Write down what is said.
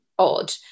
odd